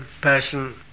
person